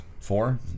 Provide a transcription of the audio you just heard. Four